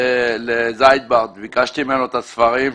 לזייברט וביקשתי ממנו את הספרים.